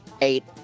Eight